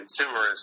consumerism